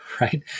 right